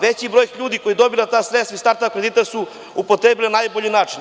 Veći broj ljudi koji su dobili ta sredstva iz start ap kredita su upotrebili na najbolji način.